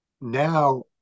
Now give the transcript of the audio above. Now